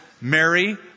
Mary